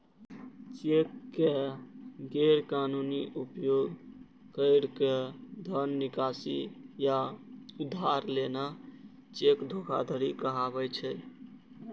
cheque के गैर कानूनी उपयोग कैर के धन निकासी या उधार लेना चेक धोखाधड़ी कहाबै छै